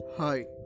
Hi